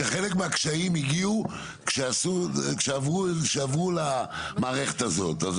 שחלק מהקשיים הגיעו כשעברו למערכת הזאת.